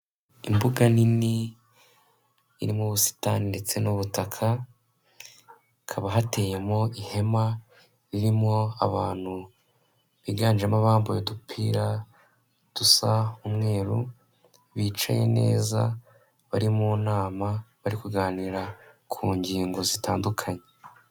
Imbuga nini iri mu busitani ndetse n'ubutakakaba hakaba hateyemo ihema ririmo abantu biganjemo abambu udupira dusa umweru bicaye neza bari mu nama bari kuganira ku ngingo zitandukanye.